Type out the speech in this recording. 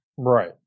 Right